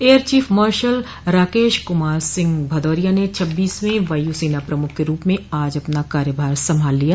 air chief marshal Rakesh Kumar Singh Bhadauria ने छब्बीसवें वायु सेना प्रमुख के रूप में आज अपना कार्यभार संभाल लिया